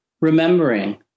remembering